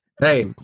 hey